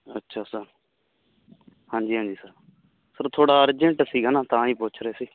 ਅੱਛਾ ਸਰ ਹਾਂਜੀ ਹਾਂਜੀ ਸਰ ਥੋੜਾ ਅਰਜੈਂਟ ਸੀਗਾ ਨਾ ਤਾਂ ਹੀ ਪੁੱਛ ਰਹੇ ਸੀ